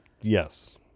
Yes